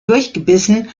durchgebissen